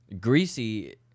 Greasy